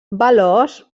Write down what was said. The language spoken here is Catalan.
veloç